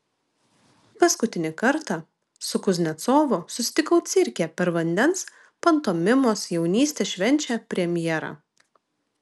paskutinį kartą su kuznecovu susitikau cirke per vandens pantomimos jaunystė švenčia premjerą